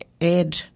add